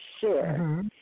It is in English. sure